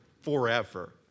forever